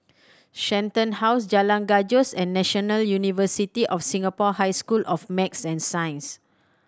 Shenton House Jalan Gajus and National University of Singapore High School of Math and Science